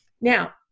now